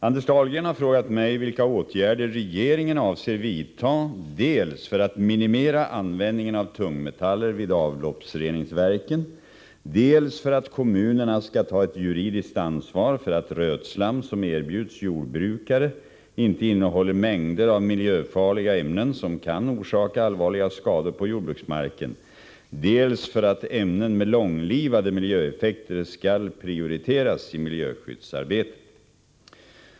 Anders Dahlgren har frågat mig vilka åtgärder regeringen avser vidta dels för att minimera användningen av tungmetaller vid avloppsreningsverken, dels för att kommunerna skall ta ett juridiskt ansvar för att rötslam som erbjuds jordbrukare inte innehåller mängder av miljöfarliga ämnen som kan orsaka allvarliga skador på jordbruksmarken, dels för att ämnen med långlivade miljöeffekter skall prioriteras i miljöskyddsarbetet.